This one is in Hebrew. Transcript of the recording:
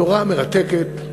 תורה מרתקת.